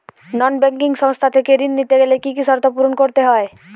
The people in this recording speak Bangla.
নন ব্যাঙ্কিং সংস্থা থেকে ঋণ নিতে গেলে কি কি শর্ত পূরণ করতে হয়?